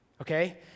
okay